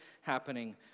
happening